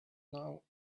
now